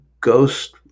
Ghost